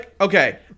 okay